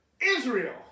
Israel